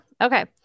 Okay